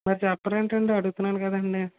మరి చెప్పరు ఏంటండీ అడుగుతున్నాను కదండీ